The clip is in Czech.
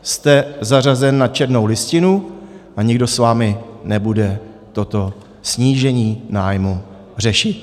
Jste zařazen na černou listinu a nikdo s vámi nebude toto snížení nájmu řešit.